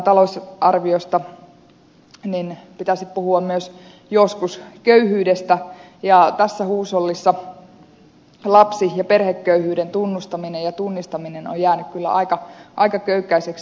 kun puhutaan talousarviosta niin pitäisi puhua joskus myös köyhyydestä mutta tässä huushollissa lapsi ja perheköyhyyden tunnustaminen ja tunnistaminen on jäänyt kyllä aika köykäiseksi